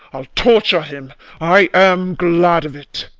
i'll torture him i am glad of it.